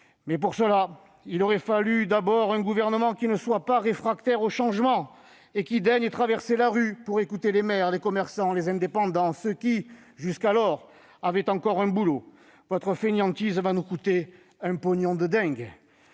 Mais, pour cela, il aurait fallu que le Gouvernement ne soit pas réfractaire au changement et qu'il daigne traverser la rue pour écouter les maires, les commerçants, les indépendants- ceux qui, jusqu'alors, avaient encore un boulot. Votre fainéantise va nous coûter un pognon de dingue